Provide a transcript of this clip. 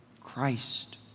Christ